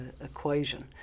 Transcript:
equation